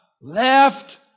left